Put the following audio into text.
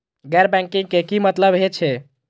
गैर बैंकिंग के की मतलब हे छे?